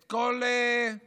את כל הגליל,